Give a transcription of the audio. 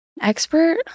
expert